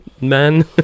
men